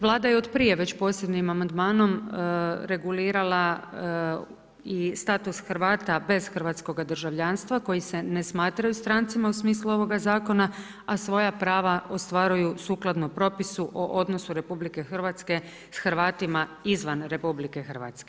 Vlada je otprije već posebnim amandmanom regulirala i status Hrvata bez hrvatskoga državljanstva koji se ne smatraju strancima u smislu ovoga Zakona a svoja prava ostvaruju sukladno propisu o odnosu RH s Hrvatima izvan RH.